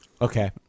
Okay